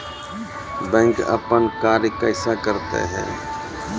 Bank अपन कार्य कैसे करते है?